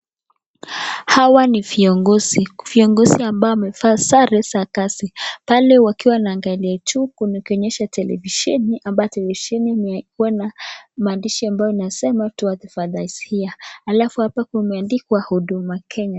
Hawa ni viongozi, viongozi ambao wamevaa sare za kazi, pale wakiwa wanaangalia juu kuonyesha televisheni ambaye televisheni ikiwa na maandishi ambayo inasema to as father is here alafu hapa kumeandikwa uduma Kenya.